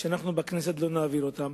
אנחנו בכנסת לא נעביר אותן,